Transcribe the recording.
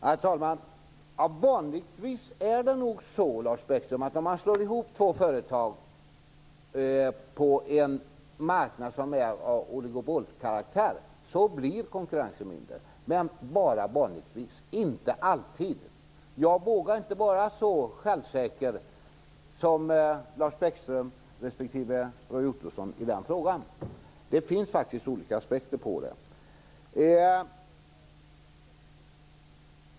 Herr talman! Vanligtvis är det nog så, Lars Bäckström, att om man slår ihop två företag på en marknad av oligopolkaraktär blir konkurrensen mindre. Men det gäller bara vanligtvis - inte alltid. Jag vågar inte vara så självsäker som Lars Bäckström respektive Roy Ottosson i den frågan. Det finns faktiskt olika aspekter.